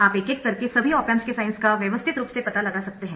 आप एक एक करके सभी ऑप एम्प्स के साइन्स का व्यवस्थित रूप से पता लगा सकते है